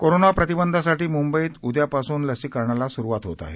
corona प्रतिबंधासाठी मंंबईत उदयापासून लसीकरणाला स्रुवात होत आहे